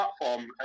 platform